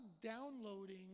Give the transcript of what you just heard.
downloading